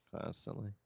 constantly